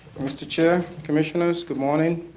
mr. chair, commissioners good morning.